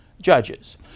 judges